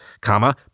comma